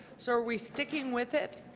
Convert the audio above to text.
so are we sticking with it